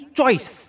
choice